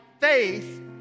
faith